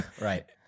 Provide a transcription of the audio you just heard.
right